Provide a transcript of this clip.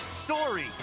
Sorry